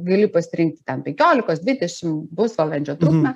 gali pasirinkti ten penkiolikos dvidešim pusvalandžio trukmę